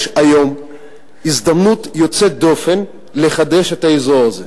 יש היום הזדמנות יוצאת דופן לחדש את האזור הזה,